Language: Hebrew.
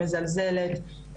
מזלזלת,